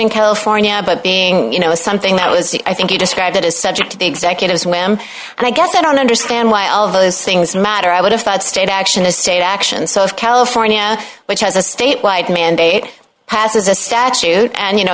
in california but being you know something that was the i think you describe that is subject to the executive swim i guess i don't understand why all of those things matter i would have thought state action a state action so if california which has a state wide mandate passes a statute and you know